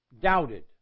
doubted